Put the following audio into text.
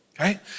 Okay